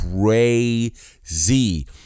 crazy